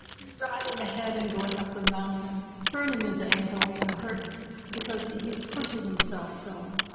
striving ahead and going up the mountain, turning his ankle, you know, hurt because he's pushing himself so.